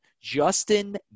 Justin